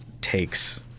takes